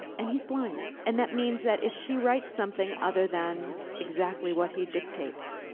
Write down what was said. and he's blind, and that means that if she writes something other than exactly what he dictates,